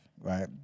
right